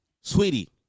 sweetie